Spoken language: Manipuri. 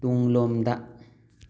ꯇꯨꯡ ꯂꯣꯝꯗ